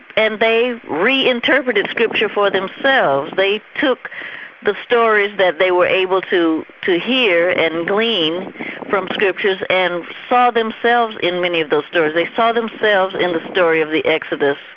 and they reinterpreted scripture for themselves. they took the stories that they were able to to hear and glean from scriptures and saw themselves in many of those stories. they saw themselves in the story of the exodus,